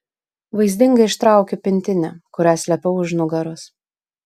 vaizdingai ištraukiu pintinę kurią slėpiau už nugaros